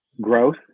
growth